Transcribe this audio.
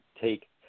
take